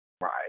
Right